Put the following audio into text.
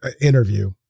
interview